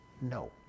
no